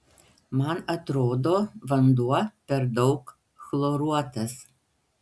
man atrodo vanduo per daug chloruotas